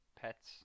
pets